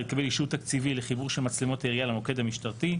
התקבל אישור תקציבי לחיבור של מצלמות העירייה למוקד המשטרתי.